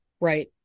right